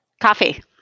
Coffee